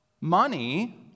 Money